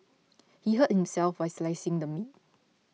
he hurt himself while slicing the meat